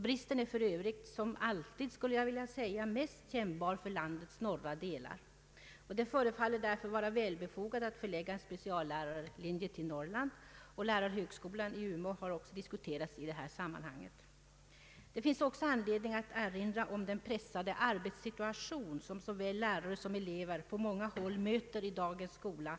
Bristen är för övrigt — som alltid skulle jag vilja säga — mest kännbar för landets norra delar. Det förefaller därför vara välbefogat att förlägga en speciallärarlinje till Norrland. Lärarhögskolan i Umeå har också diskuterats i detta sammanhang. Det finns också anledning att erinra om den pressade arbetssituation som såväl lärare som elever på många håll möter i dagens skola.